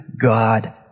God